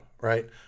right